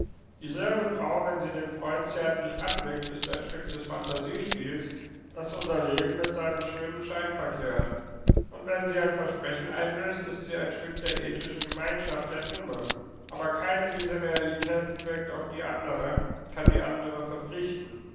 dieselbe frau wenn sie den freund zärtlich anblickt ist ein stück des phantasiespiels das unser leben mit seinem schönen schein verklärt und wenn sie ein versprechen einlöst ist sie ein stück der ethischen gemeinschaft der nume aber keine dieser realitäten wirkt auf die andere kann die andere verpflichten